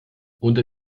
unter